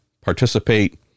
participate